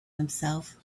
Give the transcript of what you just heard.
himself